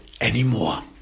anymore